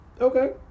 Okay